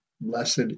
blessed